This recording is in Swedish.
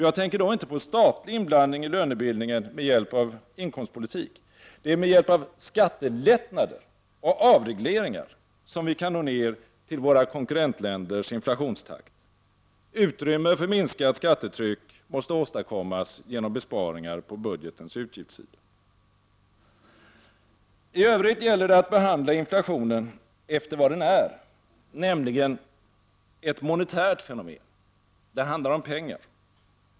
Jag tänker då inte på statlig inblandning i lönebildningen med hjälp av inkomstpolitik. Det är med hjälp av skattelättnader och avregleringar som vi kan nå ner till våra konkurrentländers inflationstakt. Utrymme för minskat skattetryck måste åstadkommas genom besparingar på budgetens utgiftssida. I övrigt gäller det att behandla inflationen efter vad den är, nämligen ett monetärt fenomen. Det handlar om pengar.